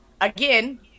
Again